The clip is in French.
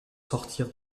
sortir